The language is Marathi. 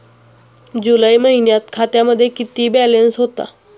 जुलै महिन्यात खात्यामध्ये किती बॅलन्स होता?